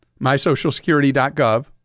MySocialSecurity.gov